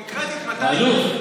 שמעתי, אבל קונקרטית מתי, אלוף.